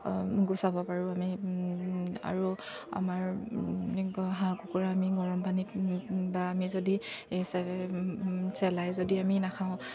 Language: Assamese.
গুচাব পাৰোঁ আমি আৰু আমাৰ হাঁহ কুকুৰা আমি গৰমপানীত বা আমি যদি চেলাই যদি আমি নাখাওঁ